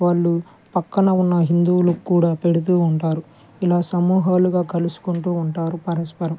వాళ్ళు పక్కన ఉన్న హిందువులకు కూడా పెడుతూ ఉంటారు ఇలా సమూహాలుగా కలుసుకుంటూ ఉంటారు పరస్పరం